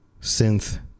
Synth